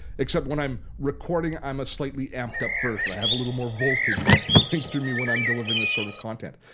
except when i'm recording i'm slightly amped up version. i have a little more voltage going through me when i'm delivering this sort of content.